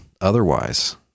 otherwise